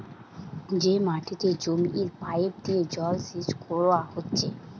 যে মাটিতে জমির পাইপ দিয়ে জলসেচ কোরা হচ্ছে